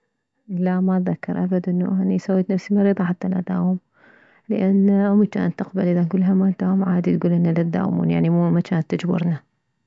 لا ما اتذكر ابد انه اني سويت نفسي مريضة حتى لا اداوم لان امي جانت تقبل اذا نكلها ما نداوم عادي تكلي لا تداومون يعني ما جانت تجبرنا